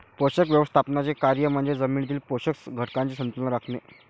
पोषक व्यवस्थापनाचे कार्य म्हणजे जमिनीतील पोषक घटकांचे संतुलन राखणे